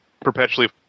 perpetually